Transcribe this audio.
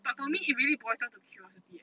but for me it really boils down to curiosity eh